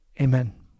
amen